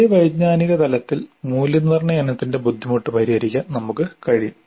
അതേ വൈജ്ഞാനിക തലത്തിൽ മൂല്യനിർണ്ണയ ഇനത്തിന്റെ ബുദ്ധിമുട്ട് പരിഹരിക്കാൻ നമുക്ക് കഴിയും